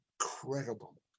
incredible